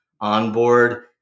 onboard